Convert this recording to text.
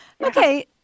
Okay